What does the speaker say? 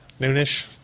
noonish